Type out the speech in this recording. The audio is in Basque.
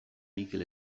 mikel